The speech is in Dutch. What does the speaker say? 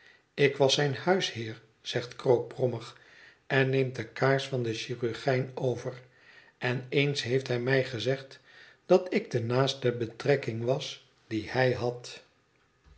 ik was zijn huisheer zegt krook brommig en neemt de kaars van den chirurgijn over en eens heeft hij mij gezegd dat ik de naaste betrekking was die hij had